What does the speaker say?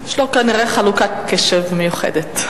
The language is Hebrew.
יש לו, כנראה, חלוקת קשב מיוחדת.